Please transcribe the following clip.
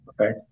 Okay